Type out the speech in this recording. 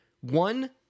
One